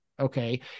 okay